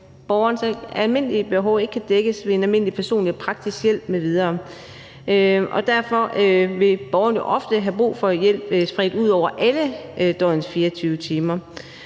borgerens almindelige behov ikke kan dækkes ved en almindelig, personlig og praktisk hjælp m.v. Derfor vil borgeren jo ofte have brug for hjælp spredt ud over alle døgnets 24 timer.